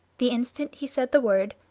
the instant he said the word,